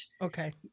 okay